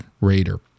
Raider